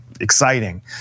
exciting